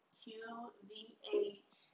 qvh